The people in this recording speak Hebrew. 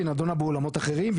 והיא נדונה באולמות אחרים,